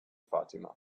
fatima